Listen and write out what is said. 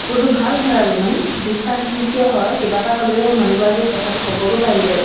কাপোৰটো ভাল হয় অলপমান বিশ্বাসযোগ্য হয় কিবা এটা হ'লেও মানুহগৰাকীক কথাটো ক'বগৈ পাৰি আৰু